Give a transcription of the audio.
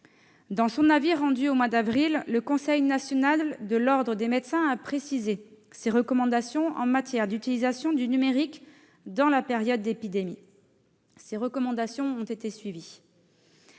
Dans un avis datant d'avril dernier, le Conseil national de l'ordre des médecins a précisé ses recommandations en matière d'utilisation du numérique dans la période d'épidémie. Ces préconisations ont été suivies.